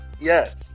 yes